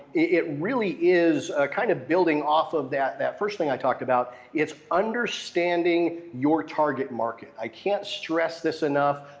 it really is kind of building off of that that first thing i talked about, it's understanding your target market. i can't stress this enough.